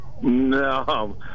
No